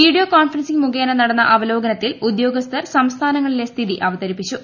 video conferencing മുഖേന നടന്ന അവലോകനത്തിൽ ഉദ്യോഗസ്ഥർ സംസ്ഥാനങ്ങളിലെ സ്ഥിതി അവതരിപ്പിച്ചു